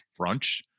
brunch